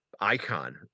icon